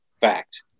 fact